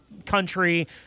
country